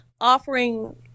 offering